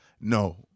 No